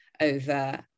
over